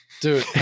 Dude